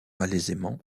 malaisément